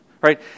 right